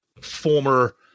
former